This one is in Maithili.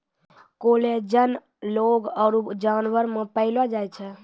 कोलेजन लोग आरु जानवर मे पैलो जाय छै